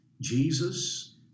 Jesus